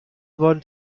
waren